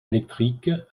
électrique